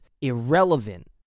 irrelevant